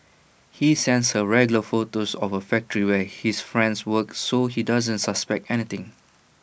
he sends her regular photos of A factory where his friend works so she doesn't suspect anything